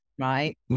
right